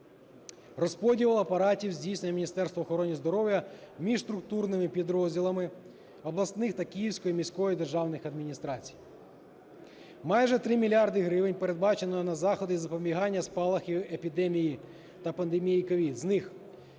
Розподіл апаратів здійснює Міністерство охорони здоров'я між структурними підрозділами обласних та Київської міської державних адміністрацій. Майже три мільярди гривень передбачено на заходи запобігання спалахів епідемії та пандемії COVID.